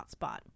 hotspot